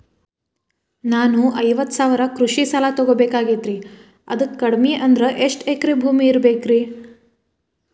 ನಾನು ಐವತ್ತು ಸಾವಿರ ಕೃಷಿ ಸಾಲಾ ತೊಗೋಬೇಕಾಗೈತ್ರಿ ಅದಕ್ ಕಡಿಮಿ ಅಂದ್ರ ಎಷ್ಟ ಎಕರೆ ಭೂಮಿ ಇರಬೇಕ್ರಿ?